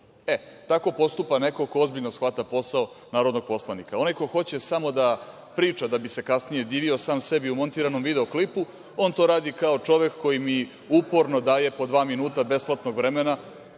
Tako postupa neko ko ozbiljno shvata posao narodnog poslanika. Onaj ko hoće samo da priča da bi se kasnije divio sam sebi u montiranom video klipu, on to radi kao čovek koji mi uporno daje po dva minuta besplatnog vremena,